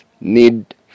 Need